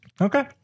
Okay